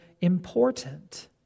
important